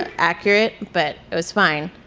ah accurate but it was fine.